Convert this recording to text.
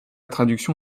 traduction